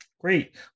Great